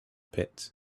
pits